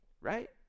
right